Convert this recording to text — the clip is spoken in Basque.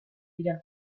dira